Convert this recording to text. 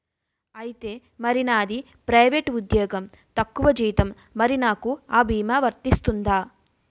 ఐతే మరి నాది ప్రైవేట్ ఉద్యోగం తక్కువ జీతం మరి నాకు అ భీమా వర్తిస్తుందా?